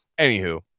anywho